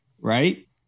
Right